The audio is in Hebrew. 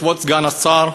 כבוד סגן השר,